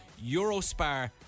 Eurospar